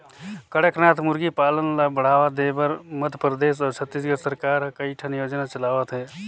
कड़कनाथ मुरगी पालन ल बढ़ावा देबर मध्य परदेस अउ छत्तीसगढ़ सरकार ह कइठन योजना चलावत हे